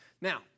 Now